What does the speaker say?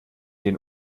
den